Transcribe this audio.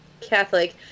Catholic